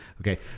Okay